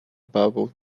bible